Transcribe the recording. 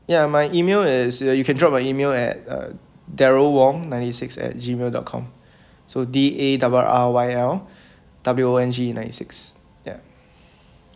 ya my email is ya you can drop a email at uh darryl wong ninety six at G mail dot com so D A double R Y L W O N G ninety six ya